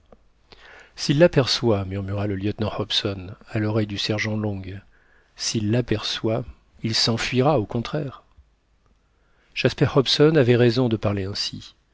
s'il l'aperçoit murmura le lieutenant hobson à l'oreille du sergent long s'il l'aperçoit il s'enfuira au contraire jasper hobson avait raison de parler ainsi